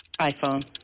iPhone